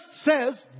says